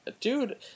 Dude